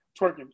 twerking